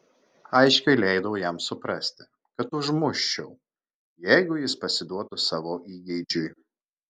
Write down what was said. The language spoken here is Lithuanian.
aiškiai leidau jam suprasti kad užmuščiau jeigu jis pasiduotų savo įgeidžiui